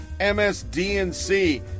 MSDNC